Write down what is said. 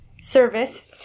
service